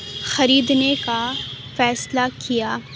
خریدنے کا فیصلہ کیا